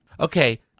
Okay